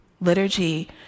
Liturgy